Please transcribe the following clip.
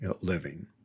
living